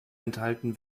enthalten